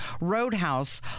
Roadhouse